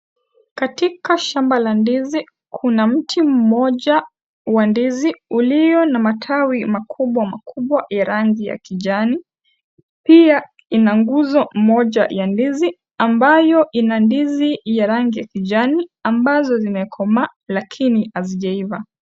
Katika shamba la ndizi kuna mti mmoja wa ndizi ulio na matawi makubwa makubwa ya rangi ya kijani, pia ina nguzo moja ya ndizi ambayo ina ndizi ya rangi ya kijani ambazo zimekomaa lakini hazijaiva.